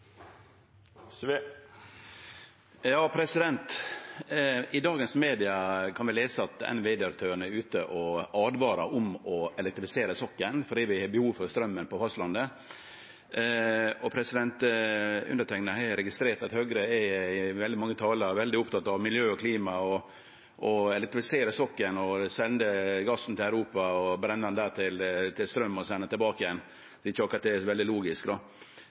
i dag kan vi lese at NVE-direktøren er ute og åtvarar mot å elektrifisere sokkelen fordi vi har behov for straumen på fastlandet. Eg har registrert at Høgre i veldig mange talar er oppteken av miljø og klima og å elektrifisere sokkelen – sende gassen til Europa, brenne han til straum der og sende han tilbake igjen. Det er ikkje akkurat veldig logisk. Kan representanten forklare kvifor Høgre vil gå inn for noko slikt når NVE-direktøren er